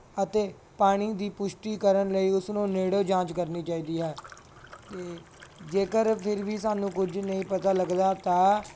ਅਤੇ ਪਾਣੀ ਦੀ ਪੁਸ਼ਟੀ ਕਰਨ ਲਈ ਉਸਨੂੰ ਨੇੜਿਓ ਜਾਂਚ ਕਰਨੀ ਚਾਹੀਦੀ ਹੈ ਅਤੇ ਜੇਕਰ ਫਿਰ ਵੀ ਸਾਨੂੰ ਕੁਝ ਨਹੀਂ ਪਤਾ ਲੱਗਦਾ ਤਾਂ